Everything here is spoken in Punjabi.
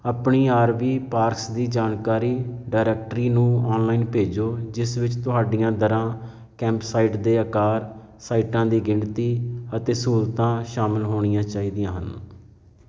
ਆਪਣੀ ਆਰਵੀ ਪਾਰਸ ਦੀ ਜਾਣਕਾਰੀ ਡਾਇਰੈਕਟਰੀ ਨੂੰ ਔਨਲਾਈਨ ਭੇਜੋ ਜਿਸ ਵਿੱਚ ਤੁਹਾਡੀਆਂ ਦਰਾਂ ਕੈਂਪਸਾਈਟ ਦੇ ਅਕਾਰ ਸਾਈਟਾਂ ਦੀ ਗਿਣਤੀ ਅਤੇ ਸਹੂਲਤਾਂ ਸ਼ਾਮਲ ਹੋਣੀਆਂ ਚਾਹੀਦੀਆਂ ਹਨ